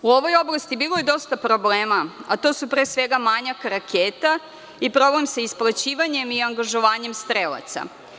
U ovoj oblasti bilo je dosta problema, a to su pre svega manjak raketa i problem sa isplaćivanje i angažovanjem strelaca.